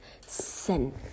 sin